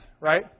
Right